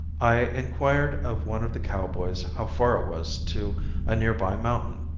i inquired of one of the cowboys how far it was to a near-by mountain.